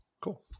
Cool